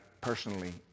personally